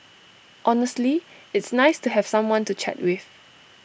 honestly it's nice to have someone to chat with